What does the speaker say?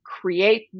create